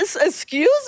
excuse